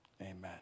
Amen